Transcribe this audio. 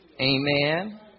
Amen